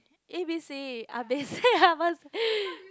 A B C